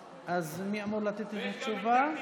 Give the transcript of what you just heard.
מי אמור לתת את התשובה?